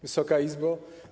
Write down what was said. Wysoka Izbo!